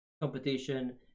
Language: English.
competition